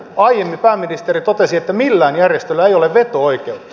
aiemmin pääministeri totesi että millään järjestöllä ei ole veto oikeutta